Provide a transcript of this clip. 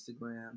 Instagram